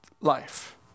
Life